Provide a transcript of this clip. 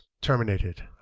terminated